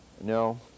No